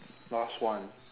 last one